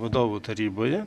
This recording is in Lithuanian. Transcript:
vadovų taryboje